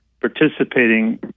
participating